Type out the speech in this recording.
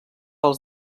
els